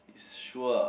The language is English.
is sure